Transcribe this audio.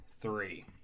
three